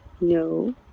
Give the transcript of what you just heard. No